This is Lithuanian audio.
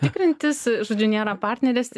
tikrintis žodžiu nėra partnerės